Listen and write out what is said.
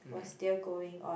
was still going on